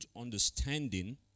understanding